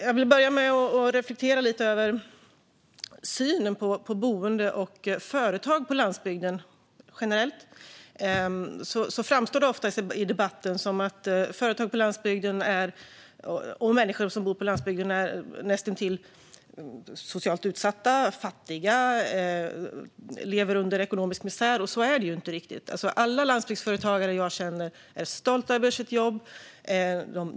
Jag vill reflektera lite över den synen på boende och företag på landsbygden. Generellt i debatten framstår det ofta som att företag på landsbygden och människor som bor på landsbygden är näst intill socialt utsatta, fattiga och lever i ekonomisk misär. Så är det ju inte riktigt. Alla landsbygdsföretagare jag känner är stolta över sina jobb.